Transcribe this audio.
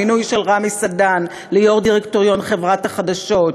המינוי של רמי סדן ליו"ר דירקטוריון חברת החדשות,